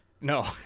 No